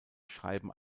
schreiben